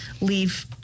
leave